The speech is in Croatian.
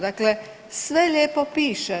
Dakle, sve lijepo piše.